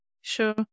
Sure